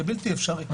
זה בלתי אפשרי.